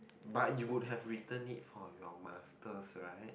but you would have returned it for your masters right